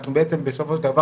אנחנו בעצם בסופו של דבר,